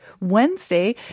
Wednesday